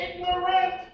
ignorant